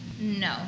No